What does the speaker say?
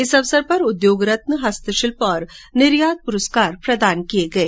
इस अवसर पर उद्योग रत्न हस्तशिल्प और निर्यात प्रस्कार प्रदान किए गए